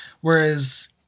whereas